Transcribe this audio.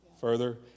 further